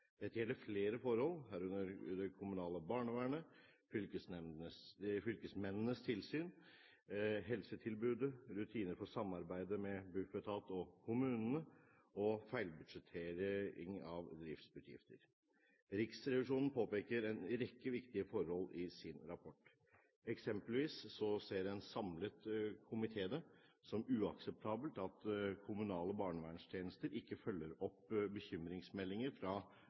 Dette gjelder flere forhold, herunder det kommunale barnevernet fylkesmennenes tilsyn helsetilbudet rutiner for samarbeidet med Bufetat og kommunene feilbudsjettering av driftsutgifter Riksrevisjonen påpeker en rekke viktige forhold i sin rapport. Eksempelvis ser en samlet komité det som uakseptabelt at kommunale barnevernstjenester ikke følger opp bekymringsmeldinger fra